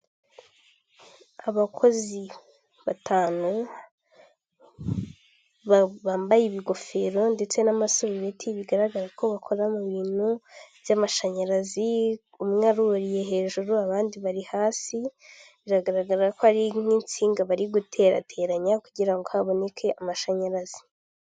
Abakozi batanu bambaye ibigofero ndetse n'amasurubeti bigaragara ko bakora mu bintu by'amashanyarazi umw' aruriye hejuru abandi bari hasi ,biragaragara ko ari nk'insinga bari guterateranya kugira ngo haboneke amashanyarazi.